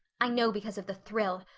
i know because of the thrill.